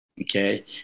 okay